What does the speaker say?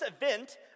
event